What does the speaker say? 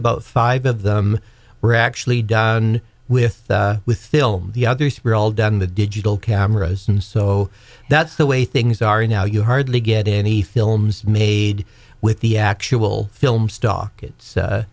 about five of them were actually down with with film the others were all done the digital cameras and so that's the way things are now you hardly get anything made with the actual film stockett's